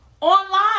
online